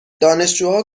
دانشجوها